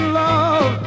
love